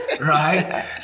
right